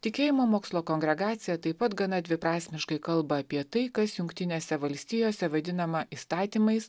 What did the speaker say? tikėjimo mokslo kongregacija taip pat gana dviprasmiškai kalba apie tai kas jungtinėse valstijose vadinama įstatymais